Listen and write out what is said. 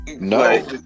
no